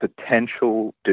potential